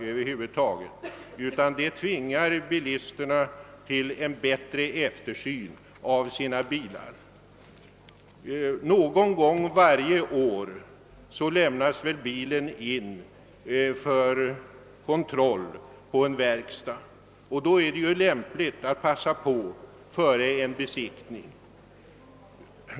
Tvärtom tvingas bilisterna till en bättre eftersyn av sina bilar. Någon gång varje år torde en bilägare lämna in sin bil för kontroll på en verkstad. Då är det ju lämpligt att passa på före en besiktning.